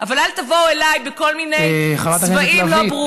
אבל אל תבואו אליי בכל מיני צבעים לא ברורים,